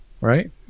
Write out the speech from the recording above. Right